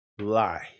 lie